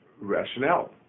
rationale